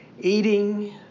Eating